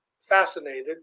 fascinated